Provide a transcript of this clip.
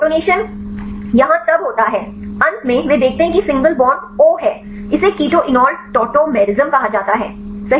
तो यह प्रोटोनेशन यहाँ तब होता है अंत में वे देखते हैं कि सिंगल बॉन्ड ओह है इसे केटो एनोल टॉटोमेरो कहा जाता है